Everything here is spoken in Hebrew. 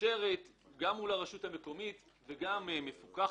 מאושר גם מול הרשות המקומית, ומפוקח.